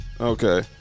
Okay